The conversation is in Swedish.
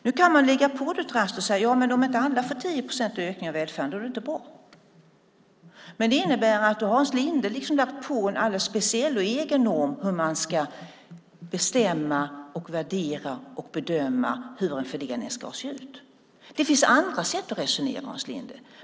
Nu kan du säga att om det inte blir 10 procents ökning av välfärden för alla är det inte bra. Men då har Hans Linde lagt på en alldeles speciell och egen norm för hur man ska bestämma, värdera och bedöma hur en fördelning ska se ut. Det finns andra sätt att resonera på, Hans Linde.